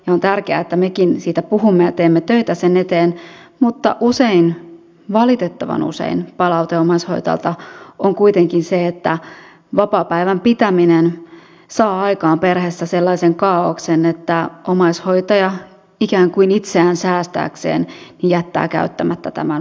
on tärkeää että mekin siitä puhumme ja teemme töitä sen eteen mutta usein valitettavan usein palaute omaishoitajalta on kuitenkin se että vapaapäivän pitäminen saa aikaan perheessä sellaisen kaaoksen että omaishoitaja ikään kuin itseään säästääkseen jättää käyttämättä tämän vapaansa